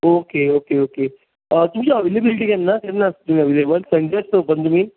okay okay okay तुमची availability केन्ना केन्ना आसता तुमी अवेयलेबल सण्डे आसता ओपन तुमी